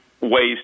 ways